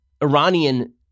Iranian